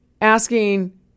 asking